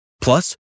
Plus